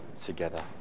together